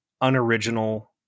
unoriginal